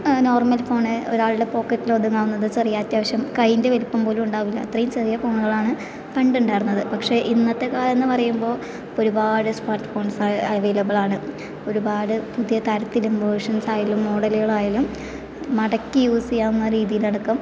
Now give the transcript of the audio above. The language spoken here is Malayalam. നോർമൽ ഫോൺ ഒരാളുടെ പോക്കറ്റിൽ ഒതുങ്ങാവുന്നത് ചെറിയ അത്യാവശ്യം കയ്യിൻ്റെ വലിപ്പം പോലുമുണ്ടാവില്ല അത്രയും ചെറിയ ഫോണുകളാണ് പണ്ട് ഉണ്ടായിരുന്നത് പക്ഷെ ഇന്നത്തെ കാലമെന്ന് പറയുമ്പോൾ ഒരുപാട് സ്മാര്ട്ട് ഫോൺ അവൈലബിളാണ് ഒരുപാട് പുതിയ തരത്തിലും വേർഷൻസായാലും മോഡലുകളായാലും മടക്കി യൂസ് ചെയ്യാവുന്ന രീതിയിലടക്കം